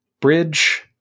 Bridge